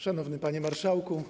Szanowny Panie Marszałku!